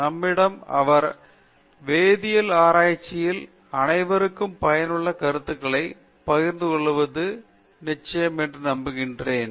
நம்மிடம் அவர் வேதியியல் ஆராய்ச்சியில் அனைவருக்கும் பயனுள்ள கருத்துக்களை பகிர்ந்து கொள்வது நிச்சயம் என்று நான் நம்புகிறேன்